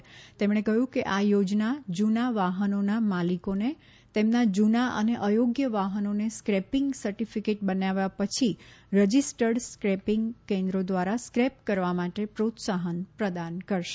શ્રી ગડકરીએ જણાવ્યું કે આ યોજના જૂના વાહનોના માલિકોને તેમના જૂના અને અયોગ્ય વાહનોને સ્ક્રેપિંગ સર્ટિફિકેટ બનાવ્યા પછી રજિસ્ટર્ડ સ્ક્રેપિંગ કેન્દ્રો દ્વારા સ્ક્રેપ કરવા માટે પ્રોત્સાહન પ્રદાન કરશે